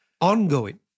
ongoing